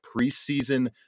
preseason